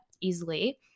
easily